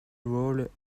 role